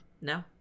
No